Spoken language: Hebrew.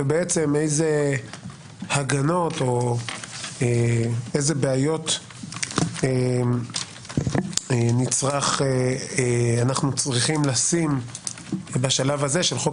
ואיזה הגנות או בעיות אנחנו צריכים לשים בשלב הזה של חוק